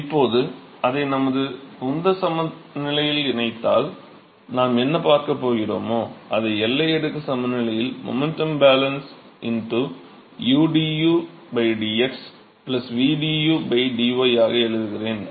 இப்போது அதை நமது உந்த சமநிலையில் இணைத்தால் நாம் என்ன பார்க்கப் போகிறோமோ அதை எல்லை அடுக்கு சமநிலையில் momentum balance udu dx vdu dy ஆக எழுதுகிறேன்